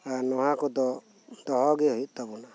ᱟᱨ ᱱᱚᱶᱟ ᱠᱚᱫᱚ ᱫᱚᱦᱚ ᱜᱮ ᱦᱳᱭᱳᱜ ᱛᱟᱵᱚᱱᱟ